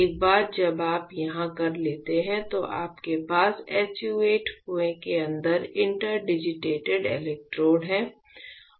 एक बार जब आप यह कर लेते हैं कि आपके पास SU 8 कुएं के अंदर इंटरडिजिटेटेड इलेक्ट्रोड हैं